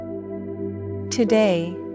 today